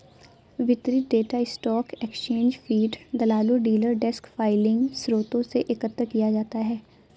वितरित data stock exchange feed, दलालों, dealer desk filing स्रोतों से एकत्र किया जाता है